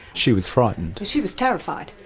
she was frightened. she was terrified.